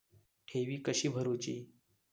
ठेवी कशी भरूची?